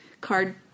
card